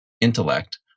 intellect